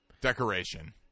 Decoration